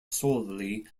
solely